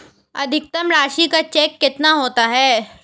अधिकतम राशि का चेक कितना होता है?